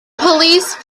police